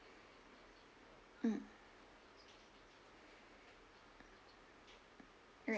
mm right